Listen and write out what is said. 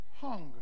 hunger